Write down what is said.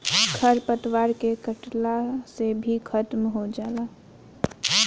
खर पतवार के कटला से भी खत्म हो जाला